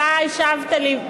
אתה השבת לי,